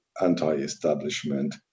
anti-establishment